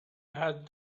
had